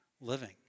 living